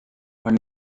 are